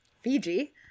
fiji